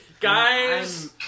Guys